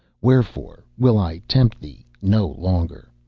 wherefore will i tempt thee no longer,